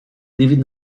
leaving